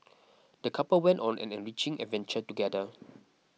the couple went on an enriching adventure together